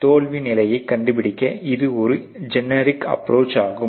தோல்வி நிலையை கண்டுபிடிக்க இது ஒரு ஜென்ரிக் அப்ரோச் ஆகும்